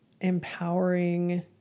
empowering